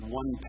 one